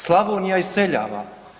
Slavonija iseljava.